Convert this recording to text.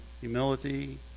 humility